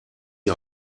die